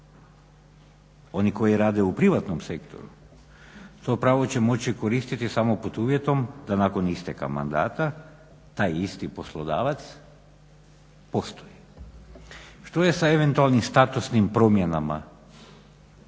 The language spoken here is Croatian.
Oni koji rade u privatnom sektoru to pravo će moći koristiti samo pod uvjetom da nakon isteka mandata taj isti poslodavac …/Govornik se ne razumije./… Što je sa eventualnim statusnim promjenama